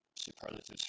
superlatives